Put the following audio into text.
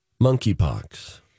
Monkeypox